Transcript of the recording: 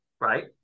right